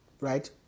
Right